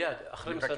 איך הם יצאו?